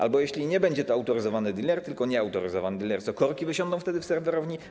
Albo jeśli nie będzie to autoryzowany diler, tylko nieautoryzowany diler, to co, korki wysiądą wtedy w serwerowni?